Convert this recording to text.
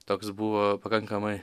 toks buvo pakankamai